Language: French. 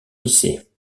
lycées